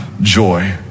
joy